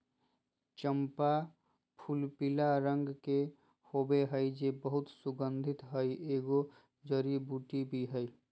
चम्पा फूलपीला रंग के होबे हइ जे बहुत सुगन्धित हइ, एगो जड़ी बूटी भी हइ